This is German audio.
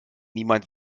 niemand